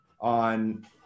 on